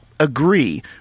agree